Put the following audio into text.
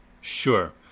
Sure